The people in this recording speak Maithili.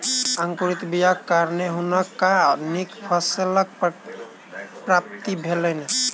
अंकुरित बीयाक कारणें हुनका नीक फसीलक प्राप्ति भेलैन